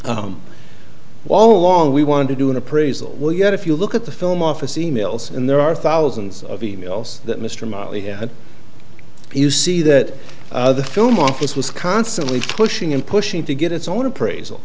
all along we want to do an appraisal well yet if you look at the film office e mails and there are thousands of e mails that mr motley had you see that the film office was constantly pushing and pushing to get its own appraisal